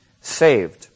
saved